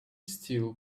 still